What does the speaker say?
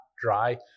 dry